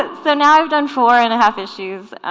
so now i've done four and a half issues